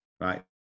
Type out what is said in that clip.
right